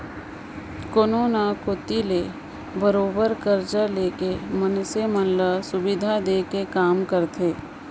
कोनो न कोती ले बरोबर करजा लेके मनसे मन ल सुबिधा देय के काम करथे